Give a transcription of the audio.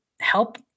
help